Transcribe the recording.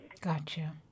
Gotcha